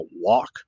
walk